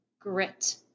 grit